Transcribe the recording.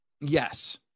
Yes